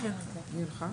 נמסרה